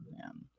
man